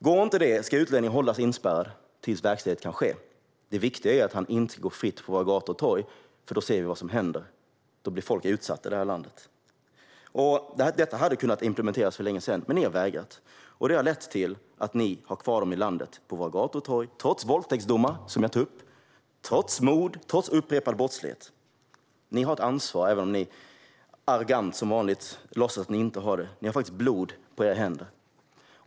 Går inte detta ska utlänningen hållas inspärrad tills verkställighet kan ske. Det viktiga är att han inte går fritt på våra gator och torg, för då ser vi vad som händer. Då blir folk utsatta i det här landet. Detta hade kunnat implementeras för länge sedan, men ni har vägrat. Det har lett till att ni har kvar dem i landet, på våra gator och torg - trots våldtäktsdomar, som jag tog upp, trots mord och upprepad brottslighet. Ni har ett ansvar även om ni, arrogant som vanligt, låtsas att ni inte har det. Ni har faktiskt blod på era händer.